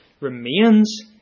Remains